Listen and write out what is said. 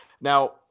Now